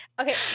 okay